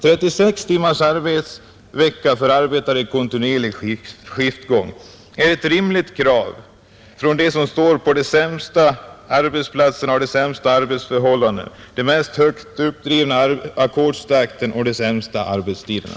36 timmars arbetsvecka för arbetare i kontinuerlig skiftgång är ett rimligt krav från dem som står på de sämsta arbetsplat serna och i de sämsta arbetsförhållandena med högt uppdriven ackordstakt och med de sämsta arbetstiderna.